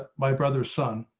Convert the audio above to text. my brother's son.